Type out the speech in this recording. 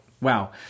wow